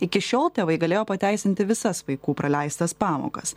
iki šiol tėvai galėjo pateisinti visas vaikų praleistas pamokas